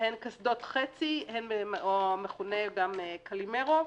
שהן קסדות חצי, המכונה גם קלימרו.